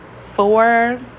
Four